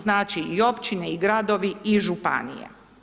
Znači i općine, i gradovi i županije.